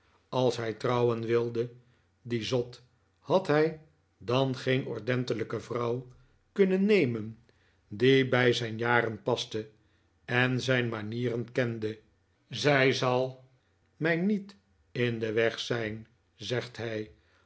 als hij trouwen wilde die zot had hij dan geen ordentelijke vrouw kunnen nemen die bij zijn jaren paste en zijn manieren kende zij zal mij niet in den weg zijn zegt hij